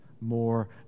more